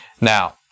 now